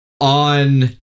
on